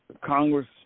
Congress